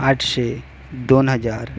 आठशे दोन हजार